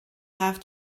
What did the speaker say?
have